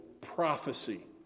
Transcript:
Prophecy